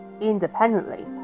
independently